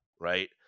right